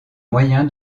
moyen